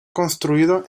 construido